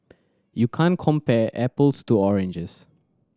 you can't compare apples to oranges